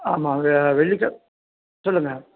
ஆமாம் அது வெள்ளிக்கெ சொல்லுங்க